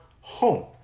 home